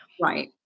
right